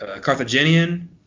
Carthaginian